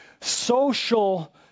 social